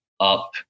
up